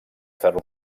ferro